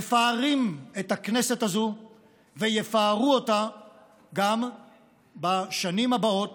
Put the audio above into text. מפארים את הכנסת הזאת ויפארו אותה גם בשנים הבאות